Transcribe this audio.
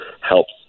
helps